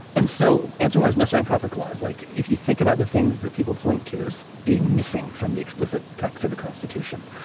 and so answer what is necessary proper clause like if you think about the things that people point to as being missing from the explicit text of the constitution.